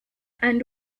and